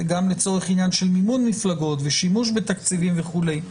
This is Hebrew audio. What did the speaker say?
גם לצורך עניין של מימון מפלגות ושימוש בתקציבים וכולי.